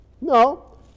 No